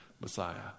Messiah